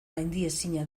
gaindiezina